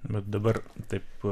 bet dabar taip